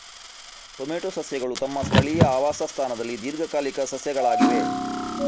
tomato ಸಸ್ಯಗಳು ತಮ್ಮ ಸ್ಥಳೀಯ ಆವಾಸ ಸ್ಥಾನದಲ್ಲಿ ದೀರ್ಘಕಾಲಿಕ ಸಸ್ಯಗಳಾಗಿವೆ